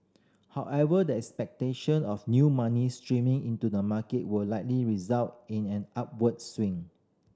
however the expectation of new money streaming into the market will likely result in an upward swing